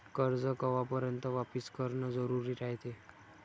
कर्ज कवापर्यंत वापिस करन जरुरी रायते?